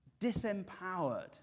disempowered